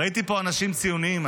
ראיתי פה אנשים ציוניים,